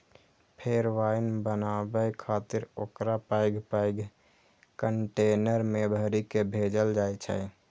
फेर वाइन बनाबै खातिर ओकरा पैघ पैघ कंटेनर मे भरि कें भेजल जाइ छै